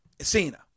Cena